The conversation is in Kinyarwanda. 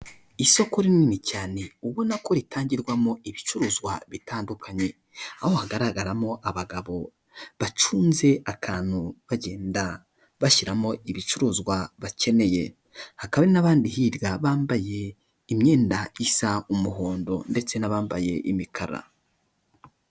Isoko rinini cyane ubona ko ritangirwamo ibicuruzwa bitandukanye, aho hagaragaramo abagabo bacunze atanu bagenda bashyiramo ibicuruzwa bakeneye, hakaba hari n'abandi hirwa bambaye imyenda isa umuhondo ndetse n'abambaye imikara.